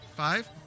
Five